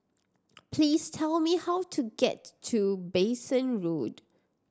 please tell me how to get to Bassein Road